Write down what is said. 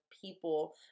people